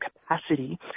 capacity